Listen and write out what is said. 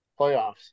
playoffs